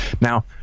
Now